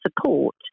support